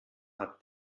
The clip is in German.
hat